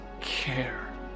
care